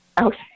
okay